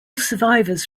survivors